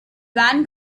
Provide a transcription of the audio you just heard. van